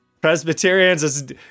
Presbyterians